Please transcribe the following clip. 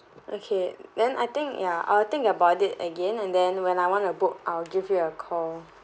okay then I think ya I'll think about it again and then when I want a book I'll give you a call